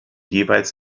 jeweils